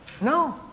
No